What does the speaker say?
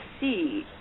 see